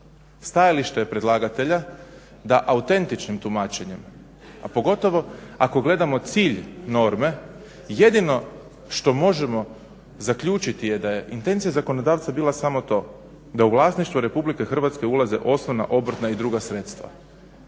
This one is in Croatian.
stajalište je predlagatelja da autentičnim tumačenjem, a pogotovo ako gledamo cilj norme jedino što možemo zaključiti da je intencija zakonodavca bila samo to, da u vlasništvu RH ulaze osnovna obrtna i druga sredstva